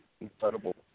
Incredible